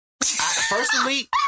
Personally